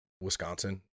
Wisconsin